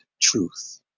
truth